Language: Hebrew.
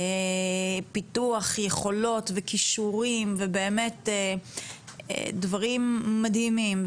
פיתוח יכולות וכישורים, ובאמת דברים מדהימים.